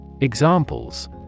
Examples